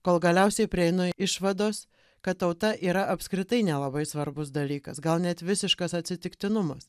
kol galiausiai prieinu išvados kad tauta yra apskritai nelabai svarbus dalykas gal net visiškas atsitiktinumas